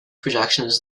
productions